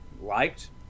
liked